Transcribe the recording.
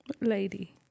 Lady